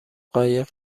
قایق